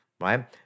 right